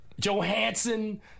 Johansson